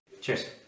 Cheers